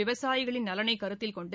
விவசாயிகளின் நலனை கருத்தில் கொண்டு